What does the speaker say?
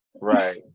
Right